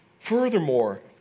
Furthermore